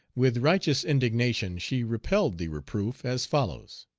with righteous indignation she repelled the reproof as follows